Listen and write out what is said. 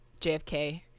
JFK